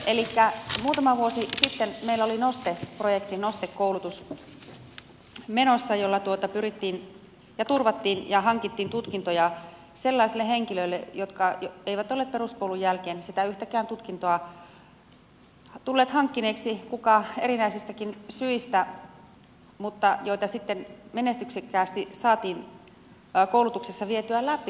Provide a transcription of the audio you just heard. elikkä muutama vuosi sitten meillä oli noste projekti noste koulutus menossa jolla turvattiin ja hankittiin tutkintoja sellaisille henkilöille jotka eivät olleet peruskoulun jälkeen sitä yhtäkään tutkintoa tulleet hankkineeksi kuka erinäisistäkin syistä mutta joita sitten menestyksekkäästi saatiin koulutuksessa vietyä läpi